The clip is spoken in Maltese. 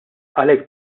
għalhekk